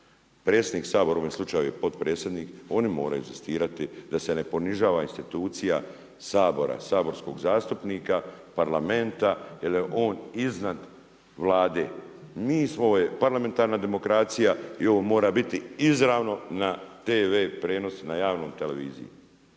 predsjednik Sabora u ovom slučaju, potpredsjednik, oni moraju inzistirati da se ne ponižava institucija Sabora, saborskog zastupnika, Parlamenta jer je on iznad Vlade. Ovo je parlamentarna demokracija i ovo mora biti izravno na tv prijenosu, na javnoj televiziji.